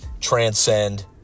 transcend